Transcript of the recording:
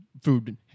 Food